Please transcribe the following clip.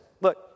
Look